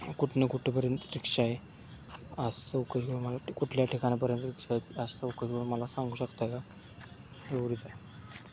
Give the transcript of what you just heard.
कुठ नं कुठंपर्यंत रिक्षा आहे आजच्या उकल मला कुठल्या ठिकाणीपर्यंत रिक्षा आसं मला सांगू शकता का एवढी जाय